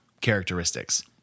characteristics